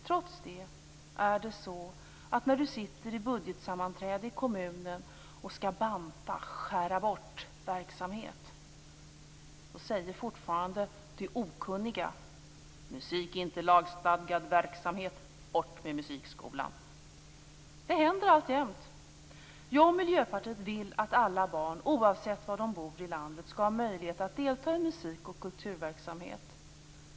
Trots det säger fortfarande, när vi sitter i budgetsammanträde i kommunen och skall banta ned och skära bort verksamheter, de okunniga: Musik är inte lagstadgad verksamhet. Bort med musikskolan! Det händer alltjämt. Jag och Miljöpartiet vill att alla barn oavsett var de bor i landet skall ha möjlighet att delta i musikoch kulturverksamhet.